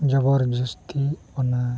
ᱡᱚᱵᱚᱨ ᱡᱚᱥᱛᱤ ᱚᱱᱟ